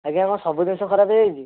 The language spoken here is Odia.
ଆଜ୍ଞା କଣ ସବୁ ଜିନିଷ ଖରାପ ହେଇଯାଇଛି